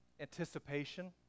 anticipation